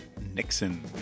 Nixon